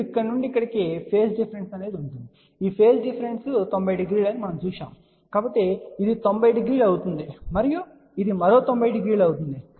ఇప్పుడు ఇక్కడ నుండి ఇక్కడకు ఫేజ్ డిఫరెన్స్ ఉంటుంది ఈ ఫేజ్ డిఫరెన్స్ 900 అని మనము చూశాము కాబట్టి ఇది 900 అవుతుంది మరియు ఇది మరో 900 అవుతుంది